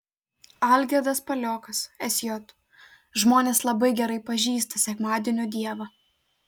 algirdas paliokas sj žmonės labai gerai pažįsta sekmadienio dievą